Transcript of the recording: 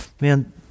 man